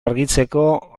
argitzeko